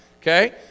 Okay